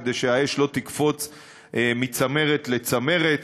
כדי שהאש לא תקפוץ מצמרת לצמרת.